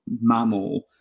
mammal